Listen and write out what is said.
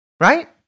Right